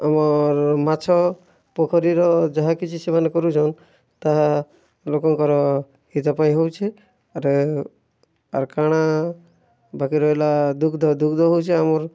ଆମର୍ ମାଛ ପୋଖରୀର ଯାହା କିଛି ସେବନ୍ କରୁଛନ୍ ତାହା ଲୋକଙ୍କର ହିତ ପାଇଁ ହେଉଛେ ଆଉ ଆଉ କାଣା ବାକି ରହେଲା ଦୁଗ୍ଧ ଦୁଗ୍ଧ ହେଉଛେ ଆମର୍